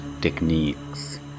techniques